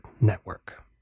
network